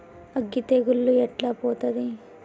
అగ్గి తెగులు ఎట్లా పోతది?